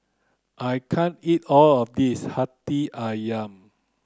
I can't eat all of this Hati Ayam